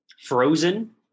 frozen